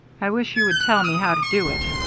i wish you would tell me how to do it.